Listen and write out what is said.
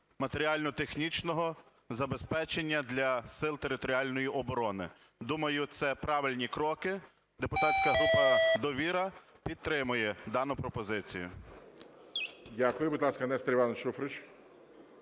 матеріально-технічного забезпечення для Сил територіальної оборони. Думаю, це правильні кроки, депутатська група "Довіра" підтримує дану пропозицію. ГОЛОВУЮЧИЙ. Дякую. Будь ласка, Нестор Іванович Шуфрич.